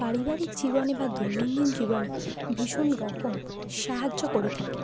পারিবারিক জীবনে বা দৈনন্দিন জীবনে ভীষণ রকম সাহায্য করে থাকে